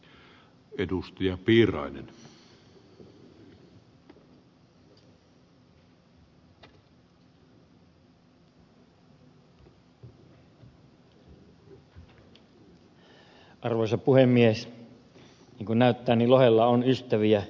niin kuin näyttää lohella on ystäviä ympäri suomea